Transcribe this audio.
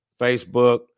Facebook